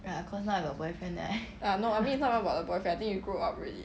ah no I mean it's not about the boyfriend I think you grow up already